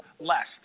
less